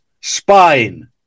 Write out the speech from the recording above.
spine